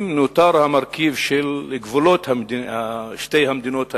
אם נותר המרכיב של גבולות שתי המדינות האלה,